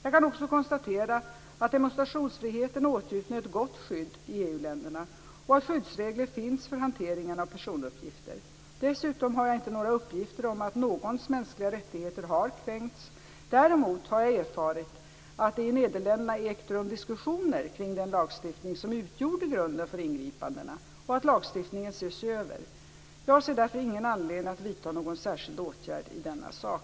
Jag kan också konstatera att demonstrationsfriheten åtnjuter ett gott skydd i EU-länderna och att skyddsregler finns för hanteringen av personuppgifter. Dessutom har jag inte några uppgifter om att någons mänskliga rättigheter har kränkts. Däremot har jag erfarit att det i Nederländerna ägt rum diskussioner kring den lagstiftning som utgjorde grunden för ingripandena och att lagstiftningen ses över. Jag ser därför ingen anledning att vidta någon särskild åtgärd i denna sak.